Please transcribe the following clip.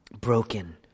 Broken